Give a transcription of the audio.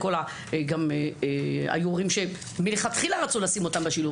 היו הורים שמלכתחילה רצו לשים אותם בשילוב,